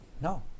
No